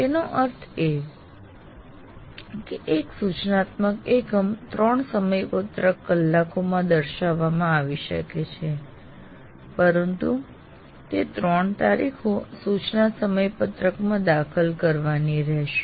તેનો અર્થ એ કે એક સૂચનાત્મક એકમ 3 સમયપત્રક કલાકોમાં દર્શાવવામાં આવી શકે છે પરંતુ તે ત્રણ તારીખો સૂચના સમયપત્રકમાં દાખલ કરવાની રહેશે